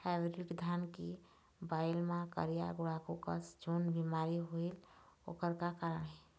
Hybrid धान के बायेल मां करिया गुड़ाखू कस जोन बीमारी होएल ओकर का कारण हे?